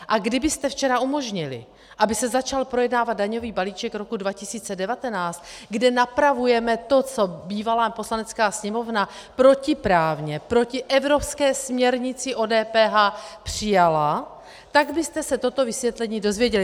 A kdybyste včera umožnili, aby se začal projednávat daňový balíček roku 2019, kde napravujeme to, co bývalá Poslanecká sněmovna protiprávně proti evropské směrnici o DPH přijala, tak byste se toto vysvětlení dozvěděli.